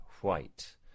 white